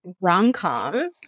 rom-com